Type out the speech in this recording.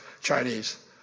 Chinese